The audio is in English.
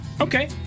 Okay